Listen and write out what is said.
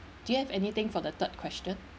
do you have anything for the third question